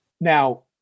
Now